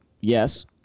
Yes